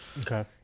Okay